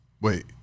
Wait